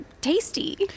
tasty